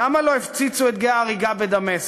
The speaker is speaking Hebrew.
למה לא הפציצו את גיא ההריגה בדמשק,